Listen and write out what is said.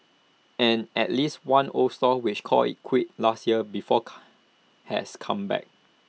and at least one old stall which called IT quits last years before has come back